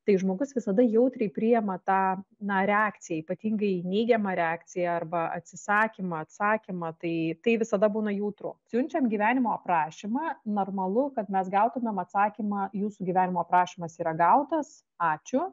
tai žmogus visada jautriai priima tą na reakciją ypatingai neigiamą reakciją arba atsisakymą atsakymą tai tai visada būna jautru siunčiam gyvenimo aprašymą normalu kad mes gautumėm atsakymą jūsų gyvenimo aprašymas yra gautas ačiū